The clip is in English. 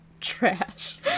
trash